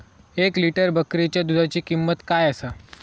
एक लिटर बकरीच्या दुधाची किंमत काय आसा?